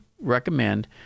recommend